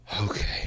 Okay